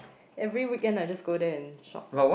every weekend I just got there and shop